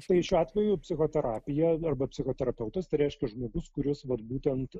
tai šiuo atveju psichoterapija arba psichoterapeutas reiškia žmogus kuris vat būtent